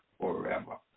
forever